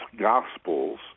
Gospels